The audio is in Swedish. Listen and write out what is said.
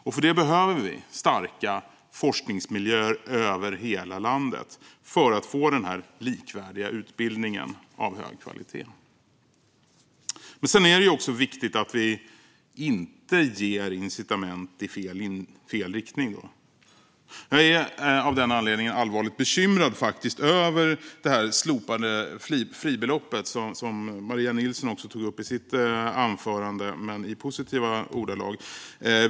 Och för det behöver vi starka forskningsmiljöer över hela landet för att få denna likvärdiga utbildning av hög kvalitet. Sedan är det också viktigt att vi inte ger incitament i fel riktning. Jag är av denna anledning faktiskt allvarligt bekymrad över det slopade fribeloppet, som Maria Nilsson också tog upp i sitt anförande men i positiva ordalag.